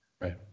right